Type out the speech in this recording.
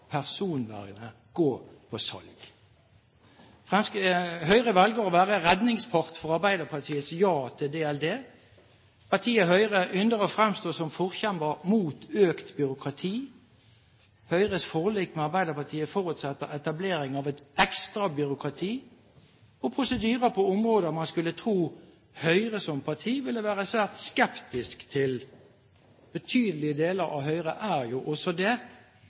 personvernet gå på salg. Høyre velger å være redningspart for Arbeiderpartiets ja til datalagringsdirektivet. Partiet Høyre ynder å fremstå som forkjemper mot økt byråkrati. Høyres forlik med Arbeiderpartiet forutsetter etablering av et ekstra byråkrati og prosedyrer på områder man skulle tro at Høyre som parti ville være svært skeptisk til. Betydelige deler av Høyre er jo også det,